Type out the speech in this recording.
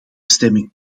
stemming